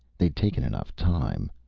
they'd taken enough time.